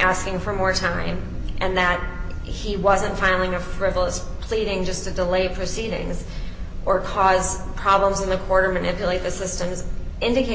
asking for more time and that he wasn't filing a frivolous pleading just to delay proceedings or cause problems in the order manipulate the system this indicates